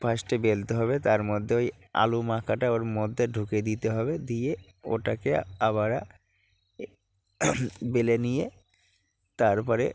ফার্স্টে বেলতে হবে তার মধ্যে ওই আলু মাখাটা ওর মধ্যে ঢুকিয়ে দিতে হবে দিয়ে ওটাকে আবার বেলে নিয়ে তার পরে